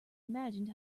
imagined